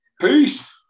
Peace